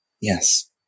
Yes